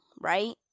right